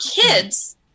kids